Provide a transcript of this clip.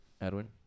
Edwin